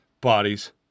bodies